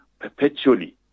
Perpetually